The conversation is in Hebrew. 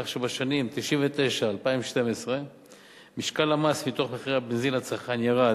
כך שבשנים 1999 2012 משקל המס מתוך מחיר הבנזין לצרכן ירד